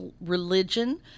religion